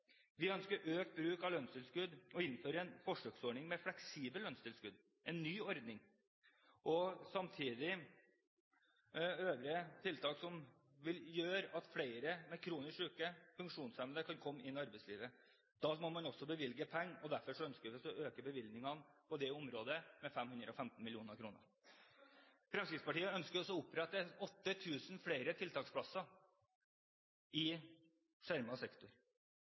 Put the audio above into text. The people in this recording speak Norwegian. Vi ønsker økt bruk av lønnstilskudd og å innføre en forsøksordning med fleksibelt lønnstilskudd, en ny ordning, og samtidig øvrige tiltak som vil gjøre at flere kronisk syke og funksjonshemmede kan komme inn i arbeidslivet. Da må man også bevilge penger, og derfor ønsker vi å øke bevilgningene på det området med 515 mill. kr. Fremskrittspartiet ønsker også å opprette 8 000 flere tiltaksplasser – 8 000 totalt i